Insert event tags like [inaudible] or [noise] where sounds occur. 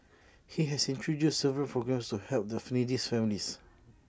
he has introduced several programmes to help the [noise] needy families [noise]